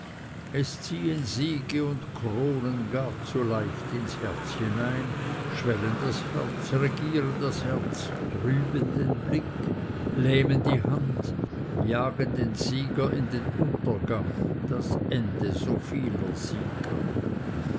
es ziehen siege und kronen gar zu leicht ins herz hinein schwellen das herz regieren das herz trüben den blick lähmen die hand jagen den sieger in den untergang das ende so vieler